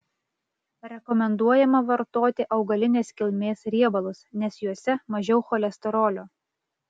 rekomenduojama vartoti augalinės kilmės riebalus nes juose mažiau cholesterolio